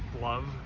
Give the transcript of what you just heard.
love